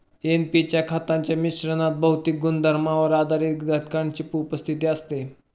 NP च्या खतांच्या मिश्रणात भौतिक गुणधर्मांवर आधारित घटकांची उपस्थिती असते